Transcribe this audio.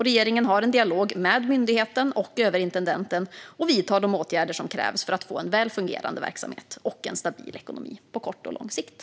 Regeringen har en dialog med myndigheten och överintendenten, och vidtar de åtgärder som krävs för att få en väl fungerande verksamhet och en stabil ekonomi på kort och lång sikt.